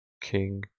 King